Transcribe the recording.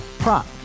Prop